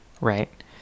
right